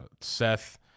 Seth